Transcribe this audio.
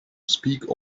speak